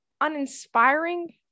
uninspiring